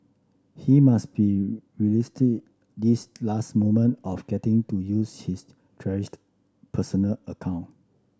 he must be relisted these last moment of getting to use his cherished personal account